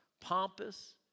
pompous